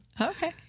okay